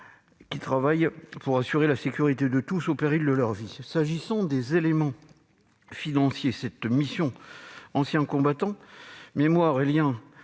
qui travaillent pour assurer la sécurité de tous au péril de leur vie. S'agissant des éléments financiers, la mission « Anciens combattants, mémoire et liens